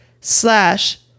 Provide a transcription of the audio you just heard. slash